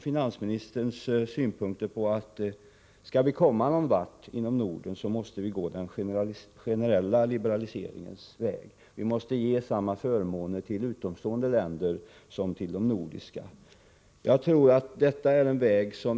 Finansministern säger att vi, om vi skall komma någonvart beträffande samarbetet inom Norden, måste gå den generella liberaliseringens väg. Utomstående måste ges samma förmåner som de nordiska länderna ges. Jag tror att denna väg ur